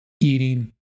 eating